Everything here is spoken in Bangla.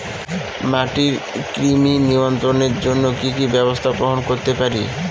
মাটির কৃমি নিয়ন্ত্রণের জন্য কি কি ব্যবস্থা গ্রহণ করতে পারি?